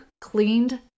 cleaned